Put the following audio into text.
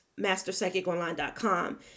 MasterPsychicOnline.com